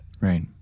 Right